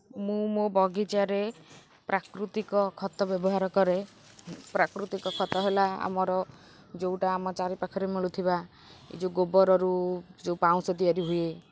ମୁଁ ମୋ ବଗିଚାରେ ପ୍ରାକୃତିକ ଖତ ବ୍ୟବହାର କରେ ପ୍ରାକୃତିକ ଖତ ହେଲା ଆମର ଯେଉଁଟା ଆମ ଚାରିପାଖରେ ମିଳୁଥିବା ଏ ଯେଉଁ ଗୋବରରୁ ଯେଉଁ ପାଉଁଶ ତିଆରି ହୁଏ